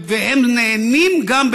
והם נהנים גם,